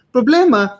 Problema